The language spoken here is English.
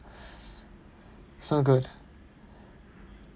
so good